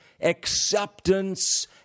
acceptance